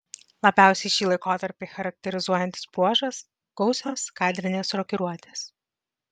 labiausiai šį laikotarpį charakterizuojantis bruožas gausios kadrinės rokiruotės